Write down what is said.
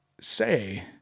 say